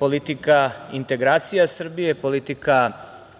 politika integracija Srbije, politika